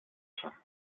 fin